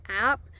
app